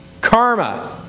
karma